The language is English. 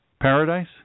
paradise